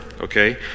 okay